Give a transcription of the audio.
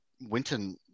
Winton